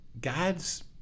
God's